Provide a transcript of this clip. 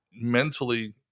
mentally